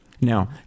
Now